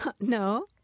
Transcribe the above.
No